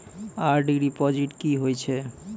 RD deposit की होय छै?